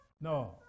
No